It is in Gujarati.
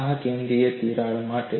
આ કેન્દ્રિય તિરાડ માટે છે